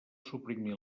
suprimir